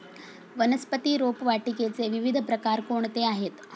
वनस्पती रोपवाटिकेचे विविध प्रकार कोणते आहेत?